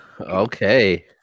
Okay